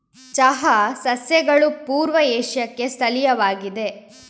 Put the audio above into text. ಚಹಾ ಸಸ್ಯಗಳು ಪೂರ್ವ ಏಷ್ಯಾಕ್ಕೆ ಸ್ಥಳೀಯವಾಗಿವೆ